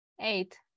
eight